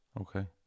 Okay